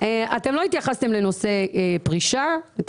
אתם לא התייחסתם לנושא פרישה וארבל,